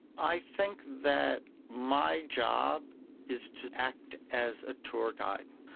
i think that my job is to act as a tour guide.